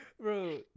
Bro